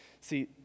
See